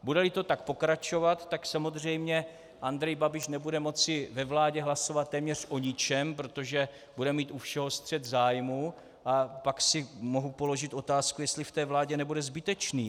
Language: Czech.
Budeli to tak pokračovat, tak samozřejmě Andrej Babiš nebude moci ve vládě hlasovat téměř o ničem, protože bude mít u všeho střet zájmů, a pak si mohu položit otázku, jestli v té vládě nebude zbytečný.